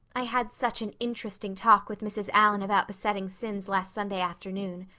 i had such an interesting talk with mrs. allan about besetting sins last sunday afternoon.